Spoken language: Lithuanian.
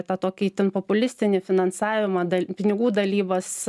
tą tokį itin populistinį finansavimą dal pinigų dalybas